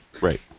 Right